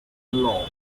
laws